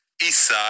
Eastside